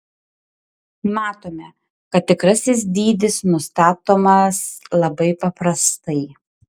matome kad tikrasis dydis nustatomas labai paprastai